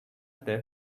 their